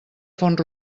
font